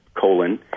colon